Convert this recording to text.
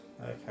Okay